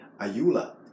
Ayula